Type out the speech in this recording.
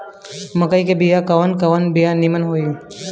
मकई के कवन कवन बिया नीमन होई?